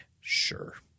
Sure